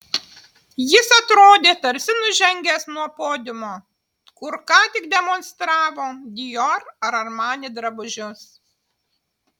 jis atrodė tarsi nužengęs nuo podiumo kur ką tik demonstravo dior ar armani drabužius